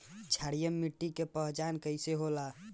क्षारीय मिट्टी के पहचान कईसे होला?